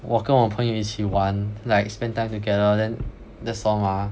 我跟我朋友一起玩 like spend time together then that's all mah